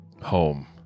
home